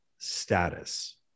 Status